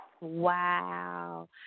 Wow